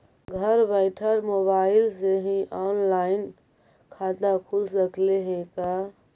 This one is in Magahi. घर बैठल मोबाईल से ही औनलाइन खाता खुल सकले हे का?